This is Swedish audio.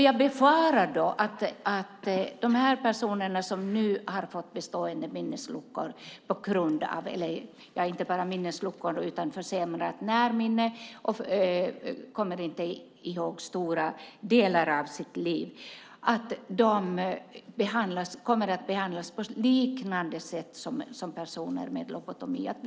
Jag befarar att de personer som nu har fått bestående minnesluckor och försämrat närminne och inte kommer ihåg stora delar av sitt liv kommer att behandlas på liknande sätt som de personer som lobotomerats.